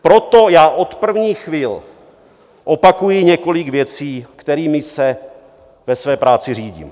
Proto já od prvních chvil opakuji několik věcí, kterými se ve své práci řídím.